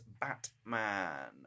Batman